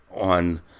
on